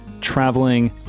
traveling